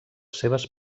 seves